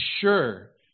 sure